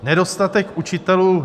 Nedostatek učitelů.